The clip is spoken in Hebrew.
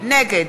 נגד